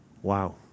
Wow